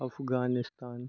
Afghanistan